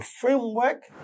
framework